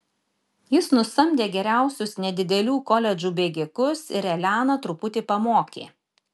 jis nusamdė geriausius nedidelių koledžų bėgikus ir eleną truputį pamokė